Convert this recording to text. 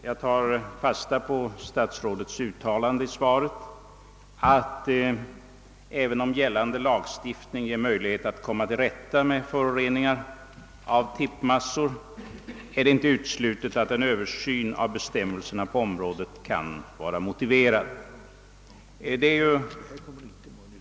Jag tar fasta på statsrådets uttalande i svaret att det, även om gällande lagstiftning ger möjlighet att komma till rätta med föroreningar av tippmassor, inte är uteslutet att en översyn av bestämmelserna på området kan vara motiverad.